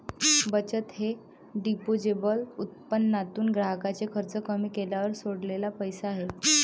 बचत हे डिस्पोजेबल उत्पन्नातून ग्राहकाचे खर्च कमी केल्यावर सोडलेला पैसा आहे